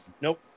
Nope